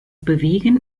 bewegen